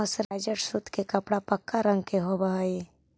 mercerised सूत के कपड़ा पक्का रंग के होवऽ हई